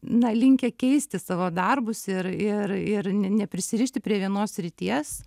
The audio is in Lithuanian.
na linkę keisti savo darbus ir ir ir neprisirišti prie vienos srities